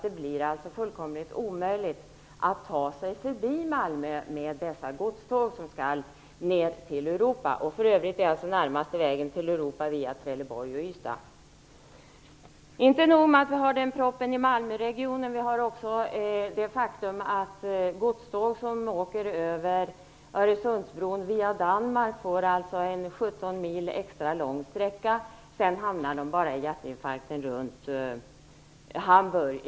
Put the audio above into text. Det blir fullständigt omöjligt att ta sig förbi Malmö med dessa godståg som skall ner till Europa - och för övrigt går alltså närmaste väg till Europa via Trelleborg och Ystad. Inte nog med proppen i Malmöregionen. Vi har också det faktum att godståg som åker över Öresundsbron via Danmark får en 17 mil extra lång sträcka. Sedan hamnar de bara i trafikinfarkten runt Hamburg.